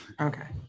okay